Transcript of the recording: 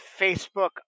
Facebook